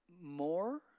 more